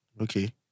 Okay